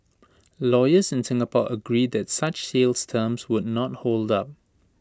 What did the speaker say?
lawyers in Singapore agree that such sales terms would not hold up